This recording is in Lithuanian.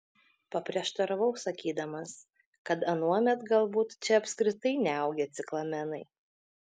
paprieštaravau sakydamas kad anuomet galbūt čia apskritai neaugę ciklamenai